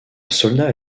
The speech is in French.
soldat